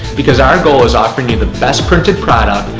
because our goal is offering you the best printed product,